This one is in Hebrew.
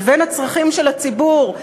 לבין הצרכים של הציבור.